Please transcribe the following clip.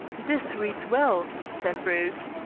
this reads well, said bruce.